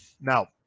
Now